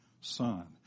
son